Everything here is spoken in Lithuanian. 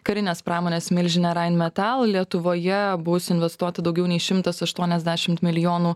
karinės pramonės milžine rain metal lietuvoje bus investuota daugiau nei šimtas aštuoniasdešimt milijonų